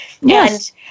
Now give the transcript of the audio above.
Yes